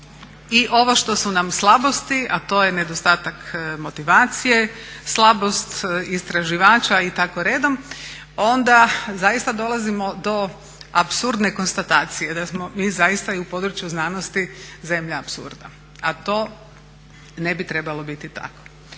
i ovo što su nam slabosti, a to je nedostatak motivacije, slabost istraživača i tako redom, onda zaista dolazimo do apsurdne konstatacije da smo mi zaista i u području znanosti zemlja apsurda, a to ne bi trebalo biti tako.